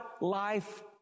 life